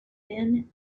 thin